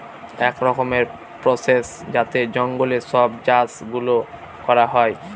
এক রকমের প্রসেস যাতে জঙ্গলে সব চাষ গুলো করা হয়